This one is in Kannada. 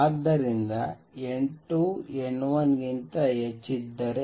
ಆದ್ದರಿಂದ n2 n1 ಗಿಂತ ಹೆಚ್ಚಿದ್ದರೆ